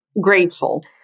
Grateful